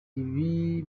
ibi